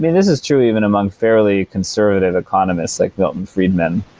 this is true even among fairly conservative economists like milton friedman,